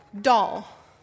doll